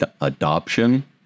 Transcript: adoption